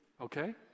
okay